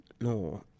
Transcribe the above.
no